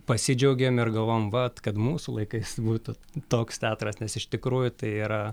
pasidžiaugėm ir galvojom vat kad mūsų laikais būtų toks teatras nes iš tikrųjų tai yra